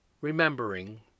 REMEMBERING